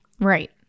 Right